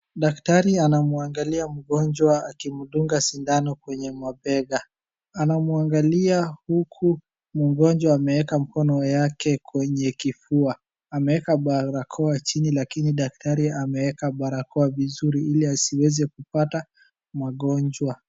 Daktari anamwangalia mgonjwa akimdunga sindano kwenye mabega. Anamwangalia huku mgonjwa ameeka mkono yake kwenye kifua. Ameeka barakoa chini lakini daktari ameeka barakoa vizuri ili asieze kupata magonjwa.